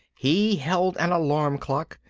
he held an alarum clock,